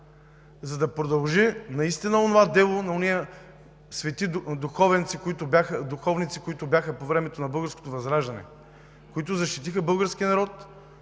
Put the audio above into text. за да продължи наистина онова дело на онези свети духовници, които бяха по времето на Българското възраждане, които защитиха българския народ,